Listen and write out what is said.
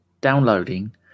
Downloading